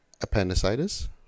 appendicitis